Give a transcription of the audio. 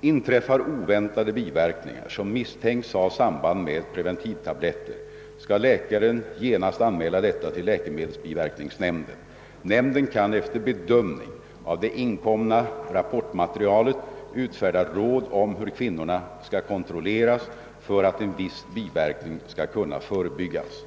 Inträffar oväntade biverkningar som misstänks ha samband med preventivtabletter, skall läkaren genast anmäla detta till läkemedelsbiverkningsnämnden. Nämnden kan efter bedömning av det inkomna rapportmaterialet utfärda råd om hur kvinnorna skall kontrolleras för att en viss biverkning skall kunna förebyggas.